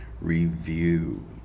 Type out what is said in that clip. review